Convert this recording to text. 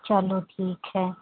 चलो ठीक है